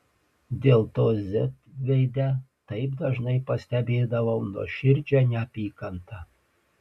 dėl to z veide taip dažnai pastebėdavau nuoširdžią neapykantą